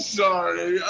sorry